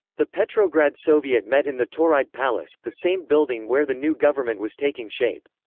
the petrograd soviet met in the tauride palace, the same building where the new government was taking shape.